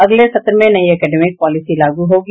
अगले सत्र में नयी एकेडमिक पॉलिसी लागू होगी